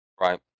Right